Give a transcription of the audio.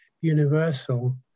universal